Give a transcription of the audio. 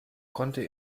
konnte